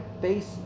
face